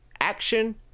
action